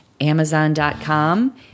amazon.com